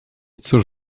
cóż